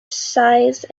size